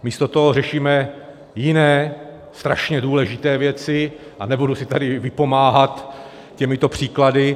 Místo toho řešíme jiné strašně důležité věci, a nebudu si tady vypomáhat těmito příklady.